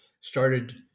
started